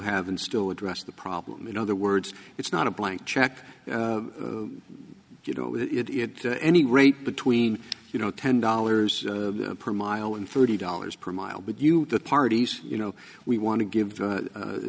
have and still address the problem in other words it's not a blank check you know with it any rate between you know ten dollars per mile and thirty dollars per mile but you parties you know we want to give